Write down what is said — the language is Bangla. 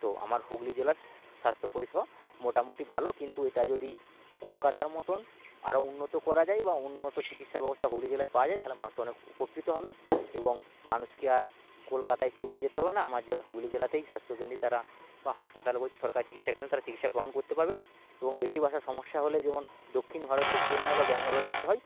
তো আমার হুগলি জেলার স্বাস্থ্য পরিষেবা মোটামুটি ভালো কিন্তু এটা যদি কলকাতার মতন আরো উন্নত করা যায় বা উন্নত চিকিৎসা ব্যবস্থা হুগলি জেলায় পাওয়া যায় তাহলে মানুষ অনেক উপকৃত হবে এবং মানুষকে আর কলকাতায় ছুটে যেতে হবে না আমার জেলা হুগলি জেলাতেই স্বাস্থ্য কেন্দ্রেই তারা বা হাসপাতালগুলোতে সরকারি চিকিৎসা কেন্দ্রে তারা চিকিৎসা গ্রহণ করতে পারবেন এবং বেশি বাসা সমস্যা হলে যেমন দক্ষিণ ভারতের চেন্নাই বা ব্যাঙ্গালোরে যেতে হয়